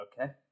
Okay